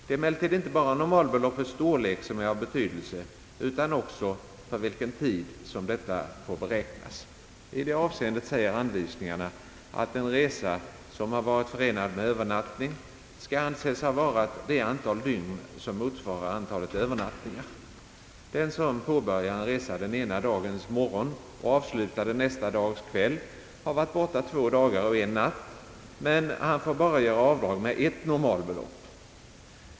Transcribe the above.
Det är emellertid inte bara normalbeloppets storlek som är av betydelse utan också den tid för vilken beloppet beräknas. I det avseendet säger anvisningarna att en resa som varit förenad med övernattning skall anses ha varat det antal dygn som motsvarar antalet övernattningar. Den som påbörjar en resa den ena dagens morgon och avslutar den nästa dags kväll har varit borta två dagar och en natt men får göra avdrag endast med ett normalbelopp.